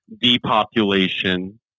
depopulation